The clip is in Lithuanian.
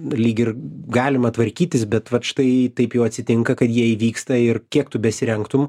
lyg ir galima tvarkytis bet vat štai taip jau atsitinka kad jie įvyksta ir kiek tu besirengtum